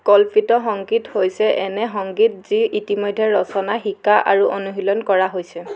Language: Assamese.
কল্পিত সঙ্গীত হৈছে এনে সংগীত যি ইতিমধ্যে ৰচনা শিকা আৰু অনুশীলন কৰা হৈছে